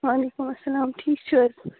وعلیکُم اَسَلام ٹھیٖک چھِو حظ